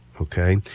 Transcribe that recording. okay